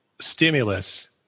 stimulus